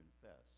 confess